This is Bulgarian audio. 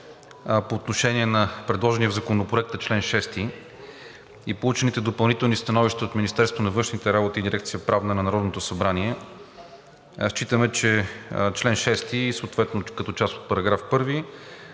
по отношение на предложения в Законопроекта чл. 6 и получените допълнителни становища от Министерството на външните работи и дирекция „Правна“ на Народното събрание, считаме, че чл. 6 като част от § 1